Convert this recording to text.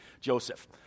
Joseph